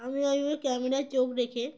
আমি ওই ক্যামেরায় চোখ রেখে